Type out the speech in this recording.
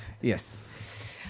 Yes